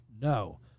No